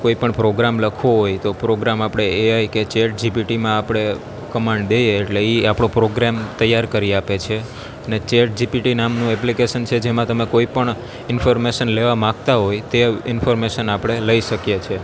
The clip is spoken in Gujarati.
કોઈપણ પ્રોગ્રામ લખવો હોય તો પ્રોગ્રામ આપણે એઆઈ કે ચેટ ઝિપીટીમાં આપણે કમાન્ડ દઈએ એટલે એ આપણો પ્રોગ્રામ તૈયાર કરી આપે છે ને ચેટ ઝિપીટી નામનું એપ્લિકેશન છે જેમાં તમે કોઈપણ ઇન્ફોર્મેશન લેવા માંગતા હોય તે ઇન્ફોર્મેશન આપણે લઈ શકીએ છે